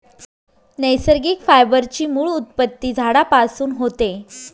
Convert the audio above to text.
नैसर्गिक फायबर ची मूळ उत्पत्ती झाडांपासून होते